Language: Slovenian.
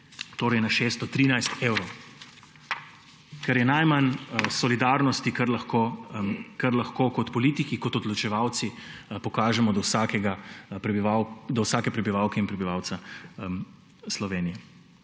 torej na 613 evrov, kar je najmanj solidarnosti, kar je lahko kot politiki, kot odločevalci pokažemo do vsake prebivalke in prebivalca Slovenije.